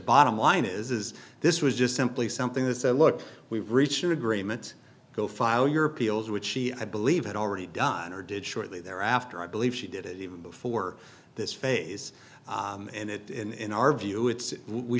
bottom line is this was just simply something that said look we reach an agreement go file your appeals which she i believe had already done or did shortly thereafter i believe she did it even before this phase and it in our view it's we